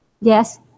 Yes